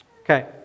Okay